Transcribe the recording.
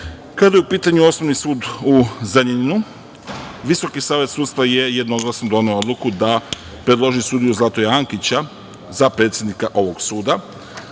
je u pitanju Osnovni sud u Zrenjaninu, Visoki savet sudstva je jednoglasno doneo odluku da predloži sudiju Zlatoja Ankića za predsednika ovog suda.